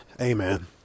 Amen